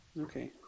Okay